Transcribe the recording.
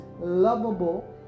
lovable